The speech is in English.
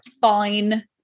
fine